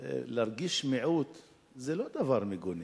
להרגיש מיעוט זה לא דבר מגונה.